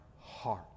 heart